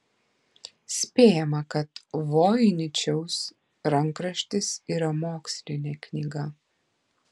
spėjama kad voiničiaus rankraštis yra mokslinė knyga